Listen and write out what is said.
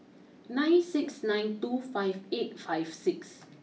nine six nine two five eight five six